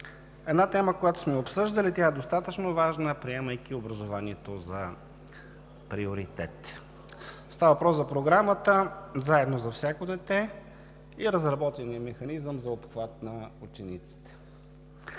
една тема, която сме обсъждали – тя е достатъчно важна, приемайки образованието за приоритет. Става въпрос за Програмата „Заедно за всяко дете“ и разработения механизъм за обхват на учениците.